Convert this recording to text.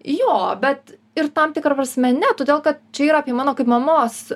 jo bet ir tam tikra prasme ne todėl kad čia yra apie mano kaip mamos